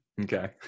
Okay